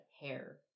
hair